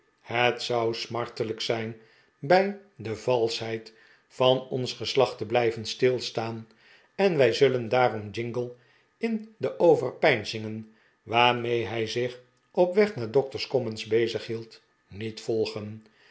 het zou smartelijk zijn bij de valschheid van ons geslacht te blijven stilstaan en wij zullen daarom jingle in de overpeinzingen waarmede hij zich op weg naar doctor's commons bezig hield niet volgen